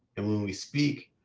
and when we speak,